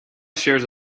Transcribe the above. shares